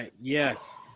yes